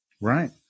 right